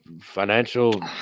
financial